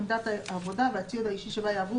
עמדת העבודה והציוד האישי שבה יעברו